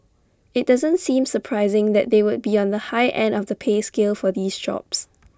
IT doesn't seem surprising that they would be on the high end of the pay scale for these jobs